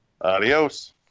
Adios